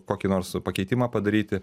kokį nors pakeitimą padaryti